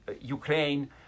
Ukraine